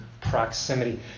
proximity